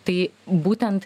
tai būtent